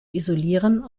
isolieren